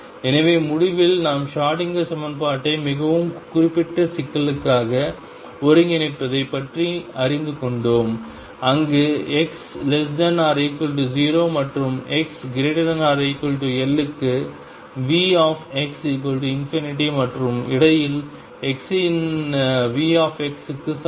எனவே முடிவில் நாம் ஷ்ரோடிங்கர் சமன்பாட்டை மிகவும் குறிப்பிட்ட சிக்கலுக்காக ஒருங்கிணைப்பதைப் பற்றி அறிந்து கொண்டோம் அங்கு x≤0 மற்றும் x≥L க்கு Vx∞ மற்றும் இடையில் x இன் Vக்கு சமம்